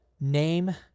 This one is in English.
name